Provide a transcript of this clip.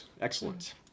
Excellent